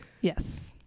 yes